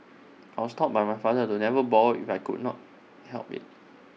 I was taught by my father to never borrow if I could not help IT